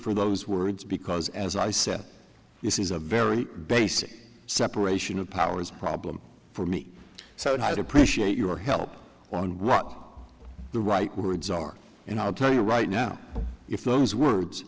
for those words because as i said this is a very basic separation of powers problem for me so do appreciate your help on what the right words are and i'll tell you right now if